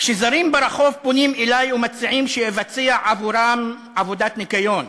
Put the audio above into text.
"כשזרים ברחוב פונים אלי ומציעים שאבצע עבורם עבודת ניקיון,